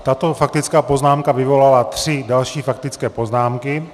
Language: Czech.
Tato faktická poznámka vyvolala tři další faktické poznámky.